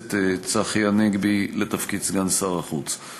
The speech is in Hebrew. הכנסת צחי הנגבי לתפקיד סגן שר החוץ.